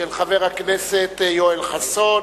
של חבר הכנסת יואל חסון,